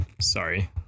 sorry